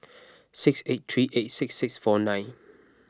six eight three eight six six four nine